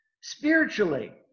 spiritually